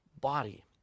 body